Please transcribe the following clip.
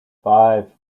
five